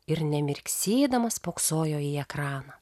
ir nemirksėdama spoksojo į ekraną